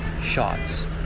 shots